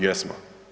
Jesmo.